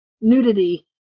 nudity